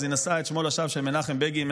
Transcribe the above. היא נשאה את שמו של מנחם בגין לשווא.